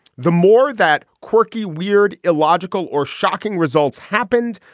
the more that quirky, weird, illogical or shocking results happened,